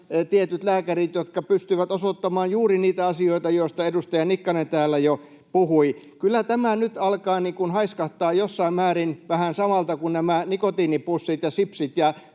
tietyt lääkärit, jotka pystyivät osoittamaan juuri niitä asioita, joista edustaja Nikkanen täällä jo puhui. Kyllä tämä nyt alkaa haiskahtaa jossain määrin vähän samalta kuin nämä nikotiinipussit ja sipsit